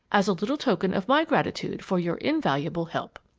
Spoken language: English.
as a little token of my gratitude for your invaluable help!